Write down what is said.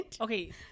okay